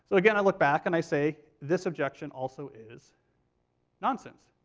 so again, i look back and i say this objection also is nonsense.